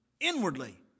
inwardly